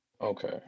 Okay